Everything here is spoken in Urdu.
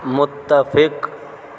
متفق